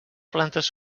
plantes